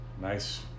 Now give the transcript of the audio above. nice